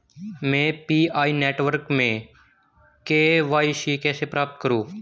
मैं PI network में KYC कैसे प्राप्त करूँ?